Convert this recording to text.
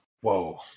Whoa